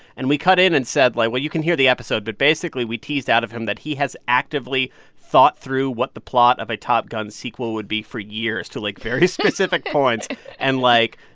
and we cut in and said like well, you can hear the episode. but basically, we teased out of him that he has actively thought through what the plot of a top gun sequel would be for years to, like, very specific points and, like,